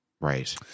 Right